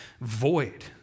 void